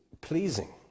pleasing